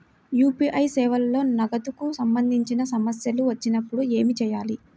UPI సేవలలో నగదుకు సంబంధించిన సమస్యలు వచ్చినప్పుడు ఏమి చేయాలి?